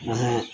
असें